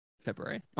February